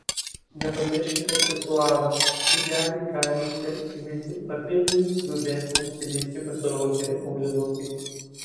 nepamirškite aksesuarų idealiai karišką įvaizdį papildys grubesnės stilistikos rokerių aulinukai